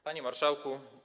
Panie Marszałku!